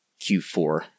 Q4